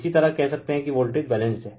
इसी तरह कह सकते है की वोल्टेज बैलेंस्ड हैं